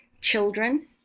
children